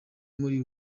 muri